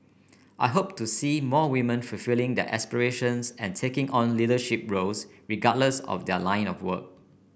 I hope to see more women fulfilling their aspirations and taking on leadership roles regardless of their line of work